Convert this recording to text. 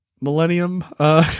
Millennium